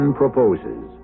proposes